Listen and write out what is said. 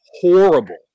horrible